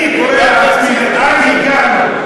אני קורא לעצמי, לאן הגענו?